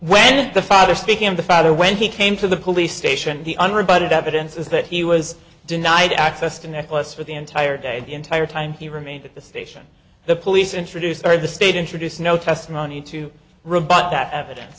when the father speaking of the father when he came to the police station the unrebutted evidence is that he was denied access to nicholas for the entire day and the entire time he remained at the station the police introduced are the state introduced no testimony to rebut that evidence